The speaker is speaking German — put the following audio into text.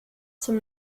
zum